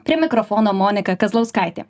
prie mikrofono monika kazlauskaitė